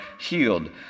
healed